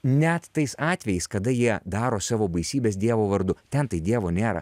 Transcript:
net tais atvejais kada jie daro savo baisybes dievo vardu ten tai dievo nėra